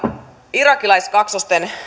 irakilaiskaksosten